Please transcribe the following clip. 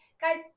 Guys